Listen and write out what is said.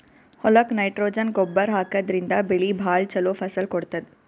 ಹೊಲಕ್ಕ್ ನೈಟ್ರೊಜನ್ ಗೊಬ್ಬರ್ ಹಾಕಿದ್ರಿನ್ದ ಬೆಳಿ ಭಾಳ್ ಛಲೋ ಫಸಲ್ ಕೊಡ್ತದ್